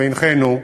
והנחינו: